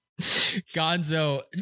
Gonzo